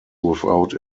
without